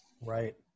Right